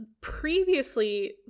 previously